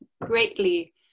greatly